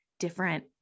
Different